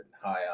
hi